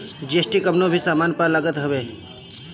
GST कवनो भी सामान पअ लागत हवे